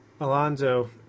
Alonso